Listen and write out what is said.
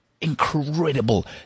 Incredible